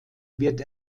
wird